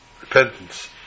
repentance